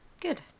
Good